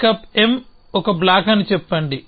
Pickup ఒక block అని చెప్పండి